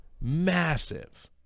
massive